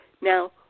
now